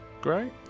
Great